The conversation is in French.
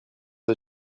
des